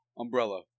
Umbrella